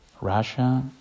Russia